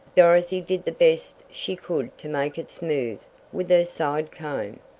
dorothy did the best she could to make it smooth with her side comb,